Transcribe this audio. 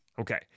Okay